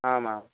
आम् आम्